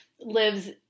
lives